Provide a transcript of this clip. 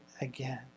again